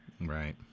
Right